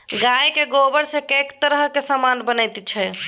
गायक गोबरसँ कैक तरहक समान बनैत छै